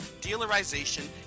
dealerization